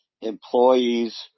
employees –